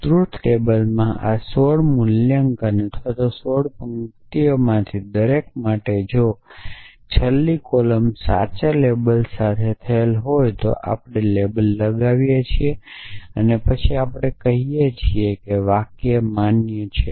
truth ટેબલમાં આ 16 મૂલ્યાંકન અથવા સોળ પંક્તિઓમાંથી દરેક માટે જો છેલ્લી કોલમ સાચી સાથે લેબલ થયેલ હોય તો આપણે લેબલ લગાવીએ છીએ પછી આપણે કહીએ કે વાક્ય માન્ય છે